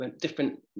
different